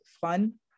fun